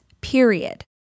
period